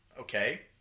okay